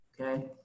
okay